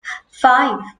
five